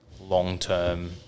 long-term